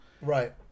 Right